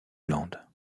land